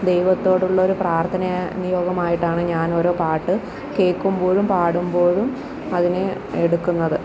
ദൈവത്തോട് ഉള്ളൊരു പ്രാർത്ഥന നിയോഗമായിട്ടാണ് ഞാൻ ഓരോ പാട്ട് കേൾക്കുമ്പോഴും പാടുമ്പോഴും അതിനെ എടുക്കുന്നത്